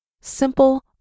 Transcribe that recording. simple